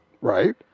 Right